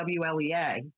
wlea